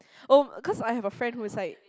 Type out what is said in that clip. oh cause I have a friend who is like